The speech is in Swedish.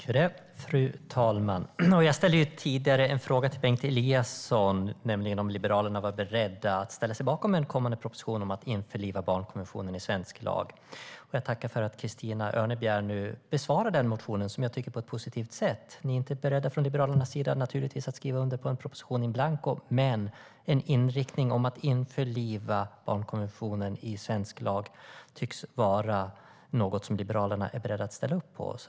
Fru ålderspresident! Jag ställde tidigare en fråga till Bengt Eliasson om Liberalerna var beredda att ställa sig bakom en kommande proposition om att införliva barnkonventionen i svensk lag. Jag tackar för att Christina Örnebjär nu besvarar denna fråga på ett positivt sätt. Liberalerna är givetvis inte beredda att skriva på en proposition in blanco, men en inriktning om att införliva barnkonventionen i svensk lag tycks vara något som Liberalerna är beredda att ställa upp på.